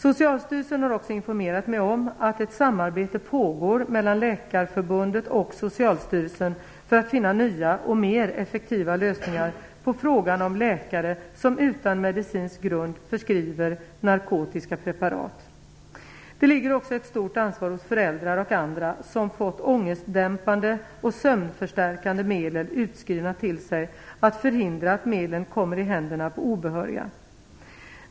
Socialstyrelsen har också informerat mig om att ett samarbete pågår mellan Läkarförbundet och Socialstyrelsen för att finna nya och mer effektiva lösningar på frågan om läkare som utan medicinsk grund förskriver narkotiska preparat. Det ligger också ett stort ansvar hos föräldrar och andra, som fått ångestdämpande och sömnförstärkande medel utskrivna till sig, att förhindra att medlen kommer i händerna på obehöriga.